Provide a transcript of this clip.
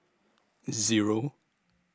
Zero